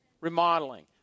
remodeling